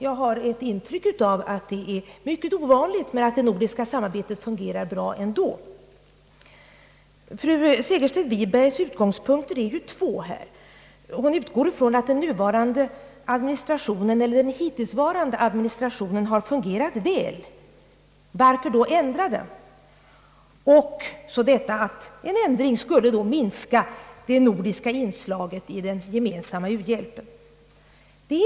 Jag har ett intryck av att sådant är mycket ovanligt men att det nordiska samarbetet fungerar bra ändå. Fru Segerstedt Wibergs utgångspunkter är två. Hon utgår ifrån att den hittillsvarande administrationen har fungerat väl. Varför då ändra den? undrar hon. Vidare skulle en ändring minska det nordiska inslaget i den gemensamma u-hjälpen.